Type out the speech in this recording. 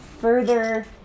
further